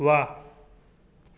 वाह